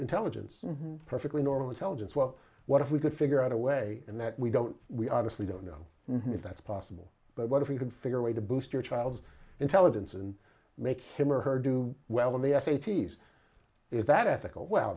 intelligence perfectly normal intelligence well what if we could figure out a way and that we don't we honestly don't know if that's possible but what if we could figure a way to boost your child's intelligence and make him or her do well in the s a t s is that ethical w